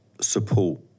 support